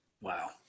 Wow